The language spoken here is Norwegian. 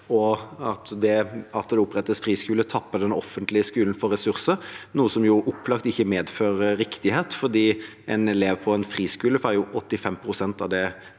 det at det opprettes friskoler, tapper den offentlige skolen for ressurser. Det er noe som opplagt ikke medfører riktighet, for en elev på en friskole koster jo 85 pst. av det